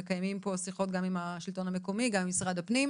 ומקיימים פה שיחות גם עם השלטון המקומי וגם עם הבכירים במשרד הפנים.